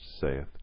saith